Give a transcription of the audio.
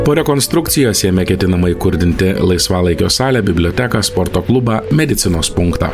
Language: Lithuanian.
po rekonstrukcijos jame ketinama įkurdinti laisvalaikio salę biblioteką sporto klubą medicinos punktą